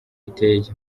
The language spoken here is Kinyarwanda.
iteye